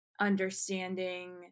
understanding